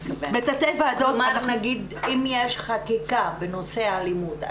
אם יש חקיקה בנושא האלימות,